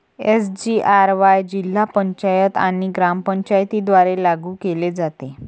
SGRY जिल्हा पंचायत आणि ग्रामपंचायतींद्वारे लागू केले जाते